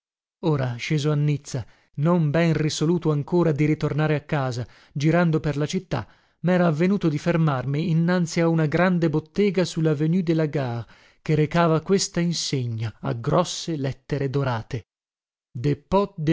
ora sceso a nizza non ben risoluto ancora di ritornare a casa girando per la città mera avvenuto di fermarmi innanzi a una grande bottega su lavenue de la gare che recava questa insegna a grosse lettere dorate